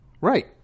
right